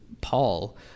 Paul